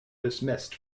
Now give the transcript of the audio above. dismissed